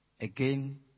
Again